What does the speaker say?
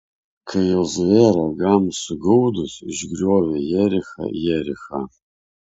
kai jozuė ragams sugaudus išgriovė jerichą jerichą